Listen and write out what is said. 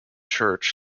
church